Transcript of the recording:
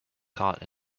caught